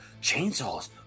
chainsaws